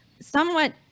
somewhat